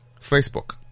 Facebook